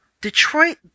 Detroit